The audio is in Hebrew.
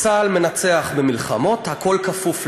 צה"ל מנצח במלחמות, הכול כפוף לזה.